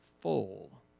full